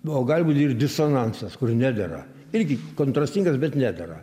o gali būt ir disonansas kur nedera irgi kontrastingas bet nedera